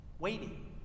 waiting